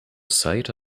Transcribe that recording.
site